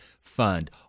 fund